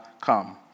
come